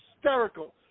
hysterical